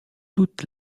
doute